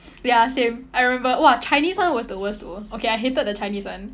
ya same I remember !wah! chinese one was the worst though okay I hated the chinese one